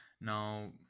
Now